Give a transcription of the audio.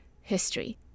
history